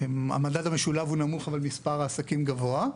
המדד המשולב הוא נמוך אבל מספר העסקים הוא גבוה,